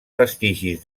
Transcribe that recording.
vestigis